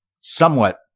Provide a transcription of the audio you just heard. somewhat